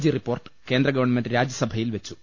G report കേന്ദ്ര government രാജ്യസഭയിൽ വെച്ചു